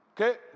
okay